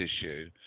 issue